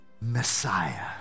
Messiah